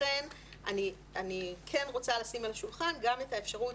לכן אני כן רוצה לשים על השולחן גם את האפשרות